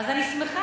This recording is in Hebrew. אז אני שמחה,